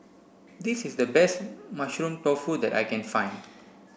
this is the best mushroom tofu that I can find